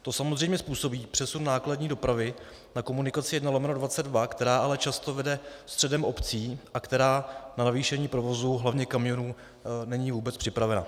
To samozřejmě způsobí přesun nákladní dopravy na komunikaci 1/22, která ale často vede středem obcí a která na navýšení provozu, hlavně kamionů, není vůbec připravena.